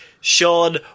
Sean